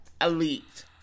elite